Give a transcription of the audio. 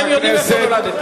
אתה יודע מה הבעיה שלך?